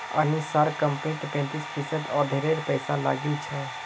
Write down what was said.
अनीशार कंपनीत पैंतीस फीसद उधारेर पैसा लागिल छ